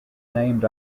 named